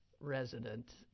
resident